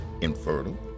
infertile